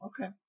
Okay